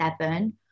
seven